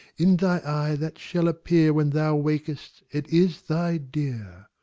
in thy eye that shall appear when thou wak'st, it is thy dear.